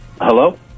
Hello